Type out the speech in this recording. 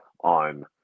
on